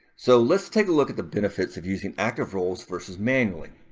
so let's take a look at the benefits of using active roles versus manually.